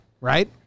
right